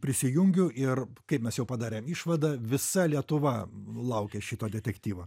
prisijungiu ir kaip mes jau padarėm išvadą visa lietuva laukia šito detektyvo